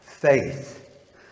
Faith